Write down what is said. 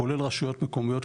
כולל רשויות מקומיות,